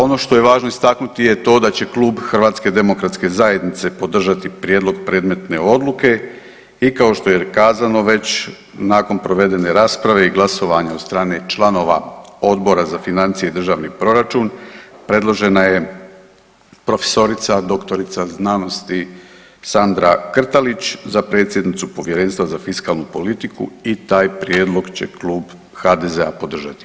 Ono što je važno istaknuti je to da će Klub HDZ-a podržati prijedlog predmetne Odluke i kao što je kazano već, nakon provedene rasprave i glasovanja od strane članova Odbora za financije i državni proračun predložena je profesorica, dr.sc. Sandra Krtalić za predsjednicu Povjerenstva za fiskalnu politiku i taj prijedlog će Klub HDZ-a podržati.